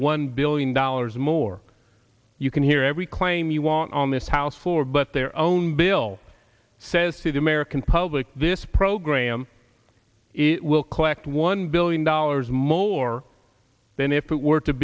one billion dollars more you can hear every claim you want on this house floor but their own bill says to the american public this program it will collect one billion dollars more than if it were to